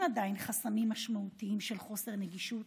עדיין חסמים משמעותיים של חוסר נגישות,